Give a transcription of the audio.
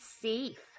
safe